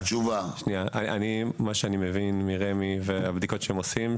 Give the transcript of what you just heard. אני מבין מרמ"י ומהבדיקות שהם עושים,